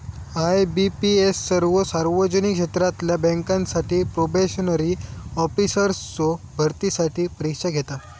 IBPS सर्वो सार्वजनिक क्षेत्रातला बँकांसाठी प्रोबेशनरी ऑफिसर्सचो भरतीसाठी परीक्षा घेता